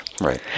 Right